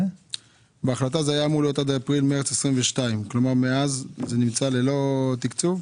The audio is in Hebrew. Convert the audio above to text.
2022. מאז זה נמצא ללא תקצוב?